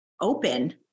open